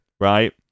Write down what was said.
right